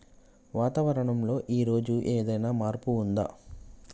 వాతావరణం లో ఈ రోజు ఏదైనా మార్పు ఉందా?